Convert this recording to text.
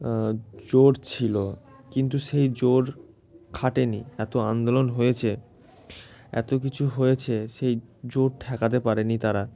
জোর ছিলো কিন্তু সেই জোর খাটেনি এতো আন্দোলন হয়েছে এতো কিছু হয়েছে সেই জোর ঠেকাতে পারেনি তারা